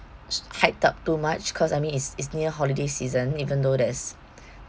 hiked up too much cause I mean it's it's near holiday season even though there's